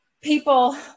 people